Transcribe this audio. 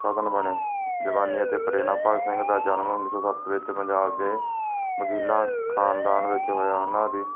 ਸਾਧਨ ਬਣੇ ਜਵਾਨੀ ਅਤੇ ਪਰੇਨਾ ਭਗਤ ਸਿੰਘ ਦਾ ਜਨਮ ਉੱਨੀ ਸੌ ਸੱਤ ਵਿੱਚ ਪੰਜਾਬ ਦੇ ਵਕੀਲਾਂ ਖਾਨਦਾਨ ਵਿੱਚ ਹੋਇਆ ਉਹਨਾਂ ਦੀ